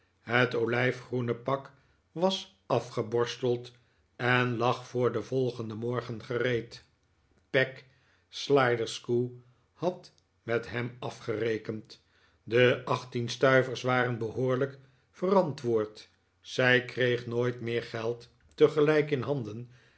het olijfgroene pak was afgeborsteld eh lag voor den volgenden morgen gereed peg sliderskew had met hem afgerekend de achttien stuivers waren behoorlijk verantwoord zij kreeg nooit meer geld tegelijk in handen